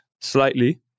slightly